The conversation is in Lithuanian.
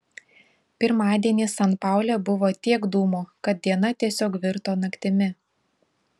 pirmadienį san paule buvo tiek dūmų kad diena tiesiog virto naktimi